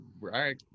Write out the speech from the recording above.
right